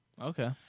Okay